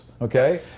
Okay